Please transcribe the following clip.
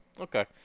Okay